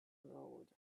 road